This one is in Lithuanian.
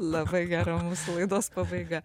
labai gera mūsų laidos pabaiga